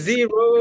Zero